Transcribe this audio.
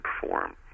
perform